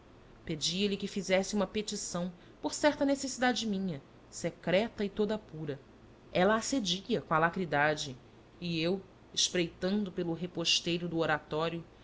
juventude pedia-lhe que fizesse uma petição por certa necessidade minha secreta e toda pura ela acedia com alacridade e eu espreitando pelo reposteiro do oratório